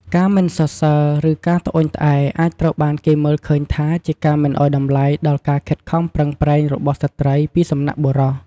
ការមិនសរសើរ ឬការត្អូញត្អែរ អាចត្រូវបានគេមើលឃើញថាជាការមិនឱ្យតម្លៃដល់ការខិតខំប្រឹងប្រែងរបស់ស្ត្រីពីសំណាក់បុរស។